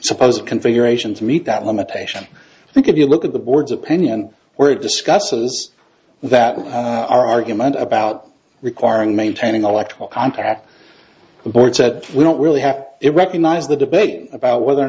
supposed configurations meet that limitation i think if you look at the board's opinion where it discusses that argument about requiring maintaining electrical contact the board said we don't really have to recognize the debate about whether or